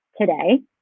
today